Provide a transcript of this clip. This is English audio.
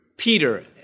Peter